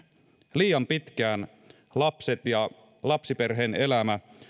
liian pitkään lapset ja lapsiperheen elämä